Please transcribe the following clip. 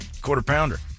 quarter-pounder